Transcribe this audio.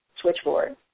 switchboard